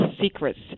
secrets